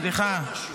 סליחה.